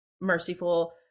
merciful